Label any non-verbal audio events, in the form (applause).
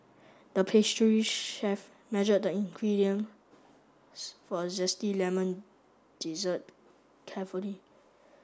the pastry chef measured the ingredient (unintelligible) for a zesty lemon dessert carefully